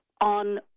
on